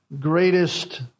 greatest